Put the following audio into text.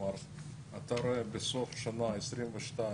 כלומר אתה רואה בסוף שנת 22'